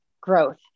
growth